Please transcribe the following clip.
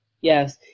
yes